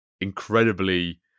incredibly